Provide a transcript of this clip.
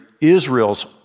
Israel's